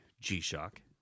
g-shock